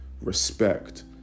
respect